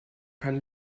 kann